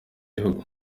y’igihugu